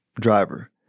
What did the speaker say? driver